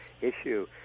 issue